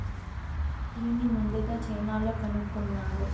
టీని ముందుగ చైనాలో కనుక్కున్నారు